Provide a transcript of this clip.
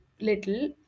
little